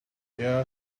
yeah